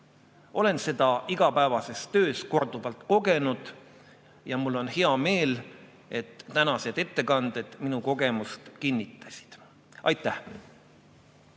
Olen seda igapäevases töös korduvalt kogenud ja mul on hea meel, et tänased ettekanded minu kogemust kinnitasid. Aitäh!